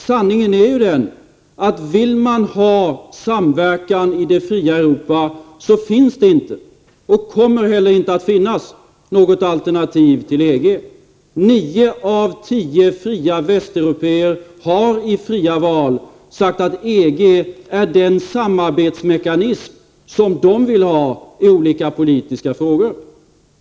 Sanningen är ju den, att vill man ha samverkan i det fria Europa så finns det inte och kommer heller inte att finnas något alternativ till EG. 9 av 10 fria västeuropéer har i fria val sagt att EG är den samarbetsmekanism i olika politiska frågor som de vill ha.